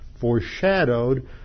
foreshadowed